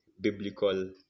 biblical